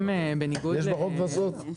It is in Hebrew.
בטח.